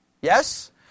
Yes